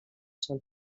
són